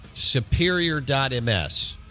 Superior.ms